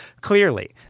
Clearly